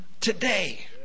today